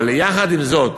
אבל יחד עם זאת,